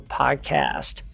podcast